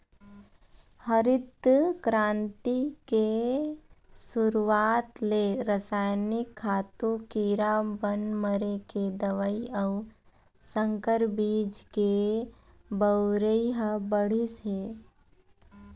हरित करांति के सुरूवात ले रसइनिक खातू, कीरा बन मारे के दवई अउ संकर बीज के बउरई ह बाढ़िस हे